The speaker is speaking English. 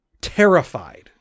terrified